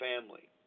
family